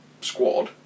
squad